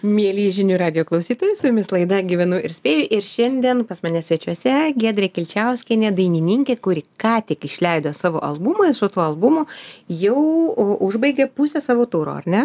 mieli žinių radijo klausytojai su jumis laida gyvenu ir spėju ir šiandien pas mane svečiuose giedrė kilčiauskienė dainininkė kuri ką tik išleido savo albumą ir su tuo albumu jau užbaigė pusę savo turo ar ne